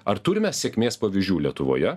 ar turime sėkmės pavyzdžių lietuvoje